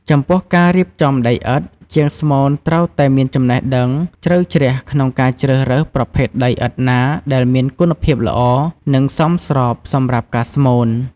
ចំពោះការរៀបចំដីឥដ្ឋ: ជាងស្មូនត្រូវតែមានចំណេះដឹងជ្រៅជ្រះក្នុងការជ្រើសរើស ប្រភេទដីឥដ្ឋណាដែលមានគុណភាពល្អ និងសមស្របសម្រាប់ការស្មូន។